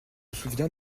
souviens